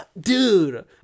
dude